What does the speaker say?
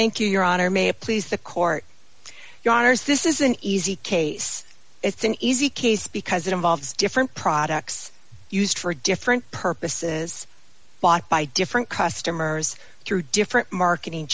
thank you your honor may it please the court this is an easy case it's an easy case because it involves different products used for different purposes bought by different customers through different marketing